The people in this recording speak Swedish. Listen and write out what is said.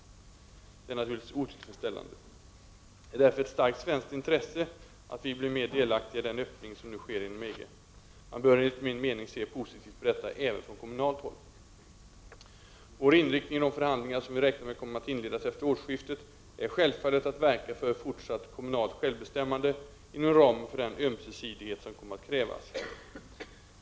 Detta är naturligtvis otillfredsställande. Det är därför ett starkt svenskt intresse att vi blir mer delaktiga i den öppning som nu sker inom EG. Man bör enligt min mening se positivt på detta även från kommunalt håll. Vår inriktning i de förhandlingar som vi räknar med kommer att inledas efter årsskiftet är självfallet att verka för fortsatt kommunalt självbestämmande inom ramen för den ömsesidighet som kommer att krävas.